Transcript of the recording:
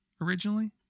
originally